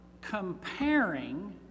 comparing